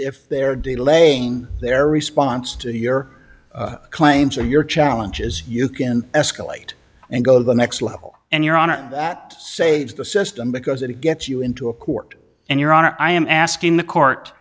if they're delaying their response to your claims or your challenges you can escalate and go to the next level and your honor that saves the system because it gets you into a court and your honor i am asking the court